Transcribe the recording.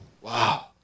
Wow